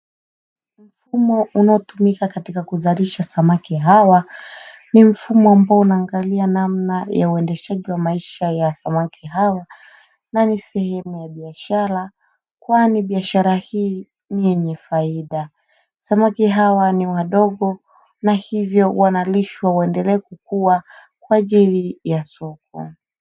Mfumo unaotumika katika kuzalisha samaki hawa, ni mfumo ambao unaangalia namna ya uendeshaji wa maisha ya samaki hawa, na ni sehemu ya biashara, kwani biashara hii ni yenye faida. Samaki hawa ni wadogo na hivyo wanalishwa waendelee kukua kwa ajili ya soko.